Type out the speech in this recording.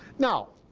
now,